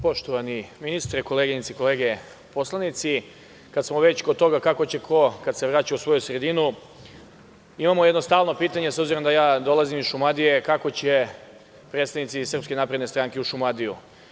Poštovani ministre, koleginice i kolege poslanici, kada smo već kod toga kako će ko kada se vraća u svoju sredinu, imamo jedno stalno pitanje, s obzirom da ja dolazim iz Šumadije – kako će predstavnici SNS u Šumadiju?